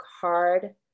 hard